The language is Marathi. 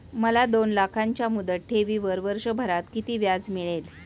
मला दोन लाखांच्या मुदत ठेवीवर वर्षभरात किती व्याज मिळेल?